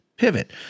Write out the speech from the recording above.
pivot